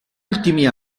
ultimi